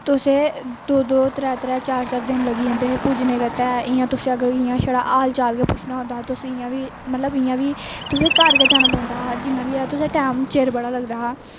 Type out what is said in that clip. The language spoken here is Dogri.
तुस दौ दौ त्रै त्रै चार चार दिन लम्गी जंदे है पुज्जने आस्ते इयां तुसें अगर इयां छड़ा हाल चाल गै पुच्छना होंदा हा ते तुस इयां बी मतलब इयां बी तुसें घार गै जाना पोंदा हा जिन्ना बी तुस टैंम चिर बड़ा लगदा हा